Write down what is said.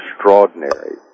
extraordinary